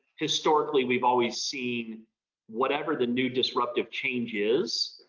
historically, we've always seen whatever the new disruptive changes,